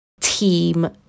team